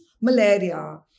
malaria